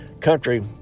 Country